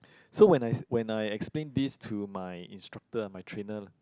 so when I when I explain this to my instructor ah my trainer lah